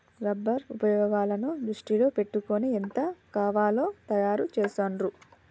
rubber ఉపయోగాలను దృష్టిలో పెట్టుకొని ఎంత కావాలో తయారు చెస్తాండ్లు